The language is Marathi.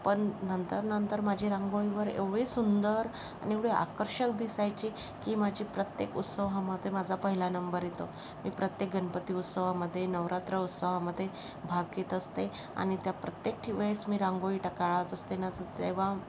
पण नंतर नंतर माझी रांगोळीवर एवढी सुंदर अन एवढी आकर्षक दिसायची की माझी प्रत्येक उत्सवामध्ये माझा पहिला नंबर येतो मी प्रत्येक गणपती उत्सवामध्ये नवरात्र उत्सवामध्ये भाग घेत असते आणि त्या प्रत्येक वेळेस मी रांगोळी टा काढत असते ना तर तेव्हा